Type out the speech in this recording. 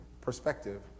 perspective